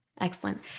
Excellent